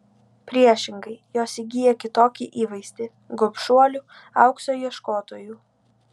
priešingai jos įgyja kitokį įvaizdį gobšuolių aukso ieškotojų